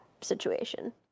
situation